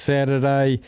Saturday